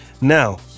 now